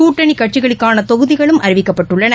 கூட்டணி கட்சிகளுக்கான தொகுதிகளும் அறிவிக்கப்பட்டுள்ளன